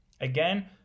Again